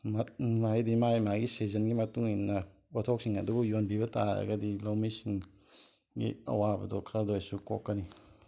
ꯍꯥꯏꯗꯤ ꯃꯥꯏ ꯃꯥꯏꯒꯤ ꯁꯤꯖꯟꯒꯤ ꯃꯇꯨꯡ ꯏꯟꯅ ꯄꯣꯠꯊꯣꯛꯁꯤꯡ ꯑꯗꯨꯕꯨ ꯌꯣꯟꯕꯤꯕ ꯇꯥꯔꯒꯗꯤ ꯂꯧꯃꯤꯁꯤꯡ ꯒꯤ ꯑꯋꯥꯕꯗꯣ ꯈꯔꯗ ꯑꯣꯏꯔꯁꯨ ꯀꯣꯛꯀꯅꯤ